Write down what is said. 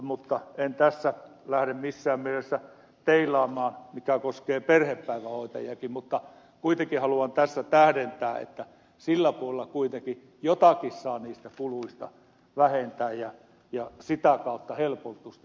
mutta en tässä lähde missään mielessä teilaamaan sitä mikä koskee perhepäivähoitajia mutta kuitenkin haluan tässä tähdentää että sillä puolella kuitenkin jotakin saa niistä kuluista vähentää ja sitä kautta helpotusta